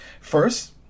First